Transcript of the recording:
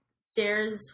stairs